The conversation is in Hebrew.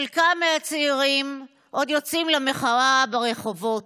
חלק מהצעירים עוד יוצאים למחאה ברחובות,